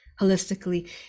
Holistically